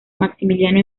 maximiliano